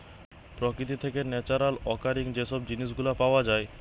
প্রকৃতি থেকে naturally occurring যে সব জিনিস গুলা পাওয়া যায়